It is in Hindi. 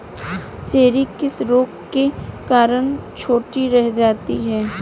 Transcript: चेरी किस रोग के कारण छोटी रह जाती है?